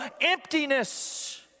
emptiness